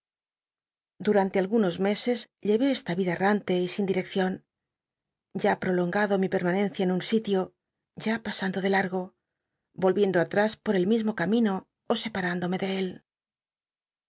durante algunos mcl cs lleré esta rida errante y sin direccion ya prolongando mi permanencia en un ilio ya pasando de largo vohiendo atr is por el mismo camino ó separándome de él